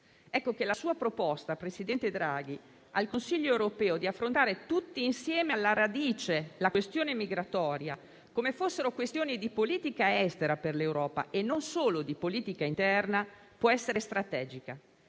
Draghi, la sua proposta al Consiglio europeo di affrontare tutti insieme alla radice la questione migratoria, come fosse una questione di politica estera per l'Europa e non solo di politica interna, può essere strategica,